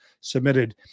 submitted